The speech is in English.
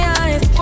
eyes